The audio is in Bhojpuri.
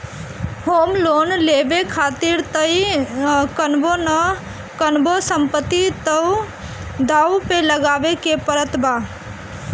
होम लोन लेवे खातिर तअ कवनो न कवनो संपत्ति तअ दाव पे लगावे के पड़त बा